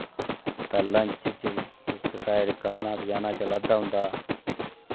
ता लन्च च बी इक साईड गाना बज़ाना चलादा होंदा